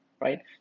Right